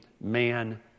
man